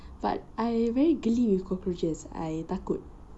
but I very geli with cockroaches I takut